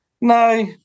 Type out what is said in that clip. No